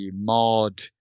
mod